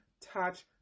touch